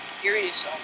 curious